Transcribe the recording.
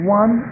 one